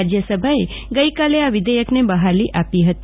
રાજ્યસભાએ ગઇકાલે આ વિધેયકને બહાલી આપી હતી